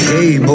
Hey